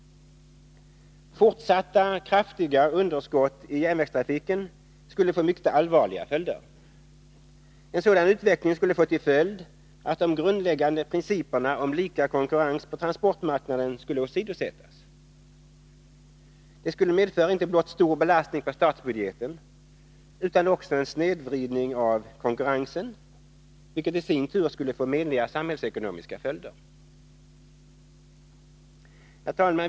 Fortsatta kraftiga underskott i järnvägstrafiken skulle få mycket allvarliga följder. En sådan utveckling skulle få till följd att de grundläggande principerna om lika konkurrens på transportmarknaden skulle åsidosättas. Det skulle medföra inte blott stor belastning på statsbudgeten utan också en snedvridning av konkurrens, vilket i sin tur skulle få menliga samhällsekonomiska följder. Herr talman!